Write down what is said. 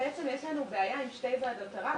הם לא השיגו את המטרה ויכול להיות שצריך לעשות משהו אחר.